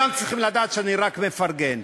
וכולם צריכים לדעת שאני רק מפרגן.